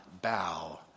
bow